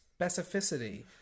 specificity